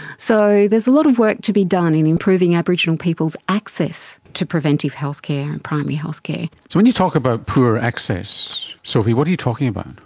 so there's a lot of work to be done in improving aboriginal people's access to preventive healthcare, and primary healthcare. so when you talk about poor access, sophie, what are you talking about?